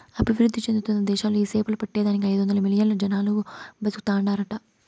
అభివృద్ధి చెందుతున్న దేశాలలో ఈ సేపలు పట్టే దానికి ఐదొందలు మిలియన్లు జనాలు బతుకుతాండారట